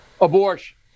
abortion